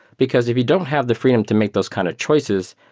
because if you don't have the freedom to make those kind of choices,